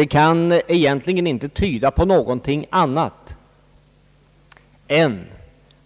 Det kan egentligen inte tyda på någonting annat än